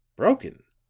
broken!